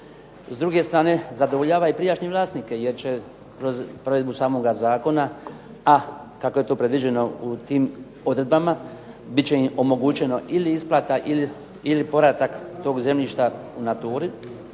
S druge strane zadovoljava i prijašnje vlasnike jer će kroz provedbu samoga zakona, a kako je to predviđeno u tim odredbama bit će im omogućeno ili isplata ili povratak tog zemljišta u naturi.